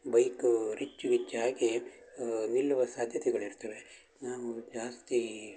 bike ರಿಚ್ಚು ವಿಚ್ಚಾಗಿ ನಿಲ್ಲುವ ಸಾಧ್ಯತೆಗಳಿರ್ತವೆ ನಾವು ಜಾಸ್ತೀ